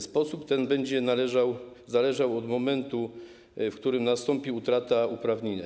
Sposób ten będzie zależał od momentu, w którym nastąpi utrata uprawnienia.